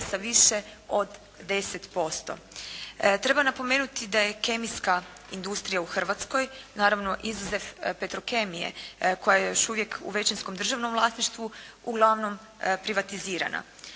sa više od 10%. Treba napomenuti da je kemijska industrija u Hrvatskoj, naravno izuzev Petrokemije koja je još uvijek u većinskom državnom vlasništvu uglavnom privatizirana.